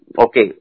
okay